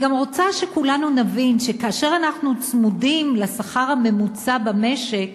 אני גם רוצה שכולנו נבין שכאשר אנחנו צמודים לשכר הממוצע במשק,